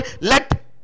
let